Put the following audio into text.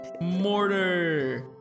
Mortar